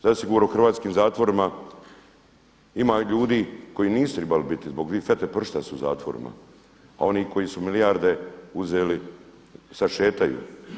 Zasigurno u hrvatskim zatvorima ima ljudi koji nisu tribali biti zbog dvije fete pršuta su u zatvorima, a oni koji su milijarde uzeli sad šetaju.